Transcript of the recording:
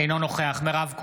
אינו נוכח מירב כהן,